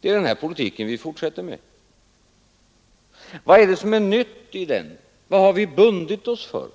Det är den politiken vi fortsätter med. Vad är det som är nytt i den? Vad har vi bundit oss för?